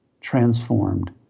transformed